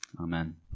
Amen